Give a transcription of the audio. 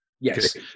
Yes